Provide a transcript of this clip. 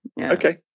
Okay